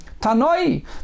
Tanoi